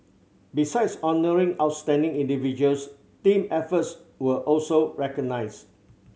besides honouring outstanding individuals team efforts were also recognised